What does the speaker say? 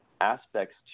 aspects